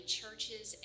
churches